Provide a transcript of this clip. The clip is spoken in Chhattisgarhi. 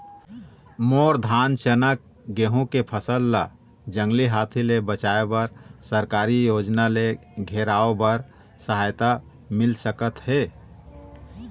मोर धान चना गेहूं के फसल ला जंगली हाथी ले बचाए बर सरकारी योजना ले घेराओ बर सहायता मिल सका थे?